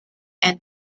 and